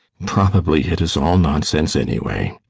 probably it is all nonsense, anyway.